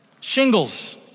shingles